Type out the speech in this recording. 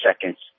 seconds